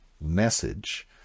message